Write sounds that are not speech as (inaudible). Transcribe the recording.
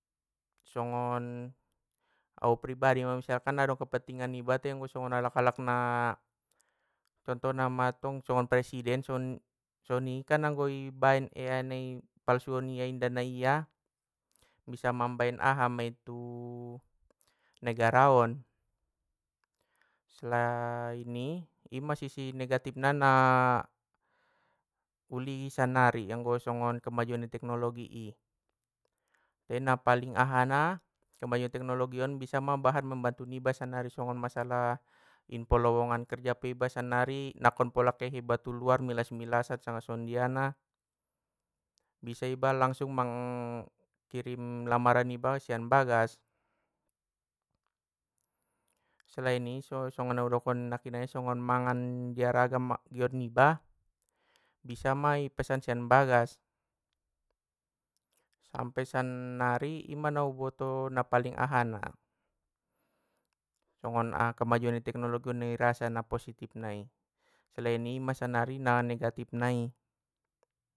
Songon, au pribadi ma misalkan na dong kepentingan niba te anggo songon alak alak na, contohna mantong songon presiden son- soni kan anggo ibaen ai nai ipalsuon ia inda na ia, bisa mambaen aha mei tu (hesitation) negaraon. Selain ni ima sisi negatifna na (hesitation) uligi sannari anggo songon kemajuan ni teknologi i, te na paling ahana! Kemajuan teknologion bisa bahat mambantu niba sanari songon masalah, info lowongan kerja peiba sannari nangkon polakehhe iba tuluar milas milasan sanga songondiana, bisa iba langsung mang (hesitation) kirim lamaran iba sian bagas. Selain i so- songon nau dokon nakkinan i songon mangan diaragam giot niba, bisa mai i pesan sian bagas, sampe sannari ima nauboto na paling ahana, songon kemajuan ni teknologion nai rasa na positifnai, selaini ma sannari na negatifnai.